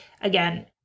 again